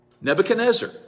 Nebuchadnezzar